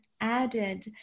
added